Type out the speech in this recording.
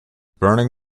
burning